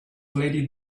lady